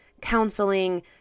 counseling